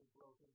broken